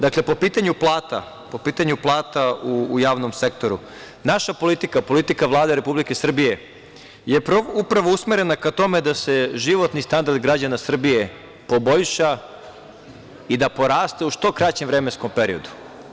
Dakle, po pitanju plata u javom sektoru, naša politika, politika Vlade Republike Srbije, je upravo usmerena ka tome da se životni standard građana Srbije poboljša i da poraste u što kraćem vremenskom periodu.